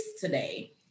today